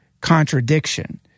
contradiction